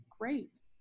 great